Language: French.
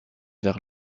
vers